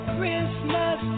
Christmas